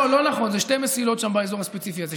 לא נכון, יש שתי מסילות שם באזור הספציפי הזה.